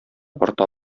арта